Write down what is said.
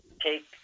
take